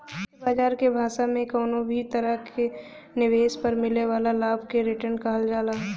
वित्त बाजार के भाषा में कउनो भी तरह निवेश पर मिले वाला लाभ क रीटर्न कहल जाला